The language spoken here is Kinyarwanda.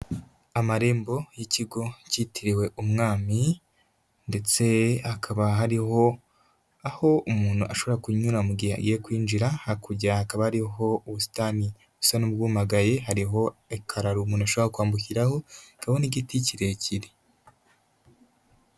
Amarembo y'ikigo cyitiriwe umwami, ndetse hakaba hariho aho umuntu ashobora kunyura, mu gihe agiye kwinjira, hakurya hakaba Hariho ubusitani busa n'ubwumagaye, hariho ekara umuntu ashobora kwambukiraraho, hakabaho n'igiti kirekire.